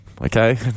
Okay